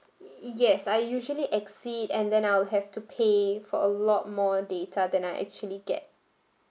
yes I usually exceed and then I'll have to pay for a lot more data than I actually get